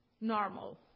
normal